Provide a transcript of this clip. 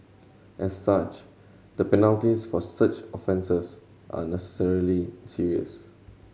as such the penalties for such offences are necessarily serious